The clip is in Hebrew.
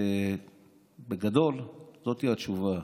בגדול, זו התשובה.